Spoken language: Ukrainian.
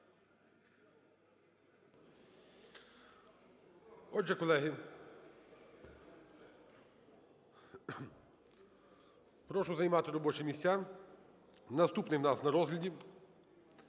Отже, колеги, прошу займати робочі місця. Наступний у нас на розгляді